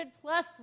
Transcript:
plus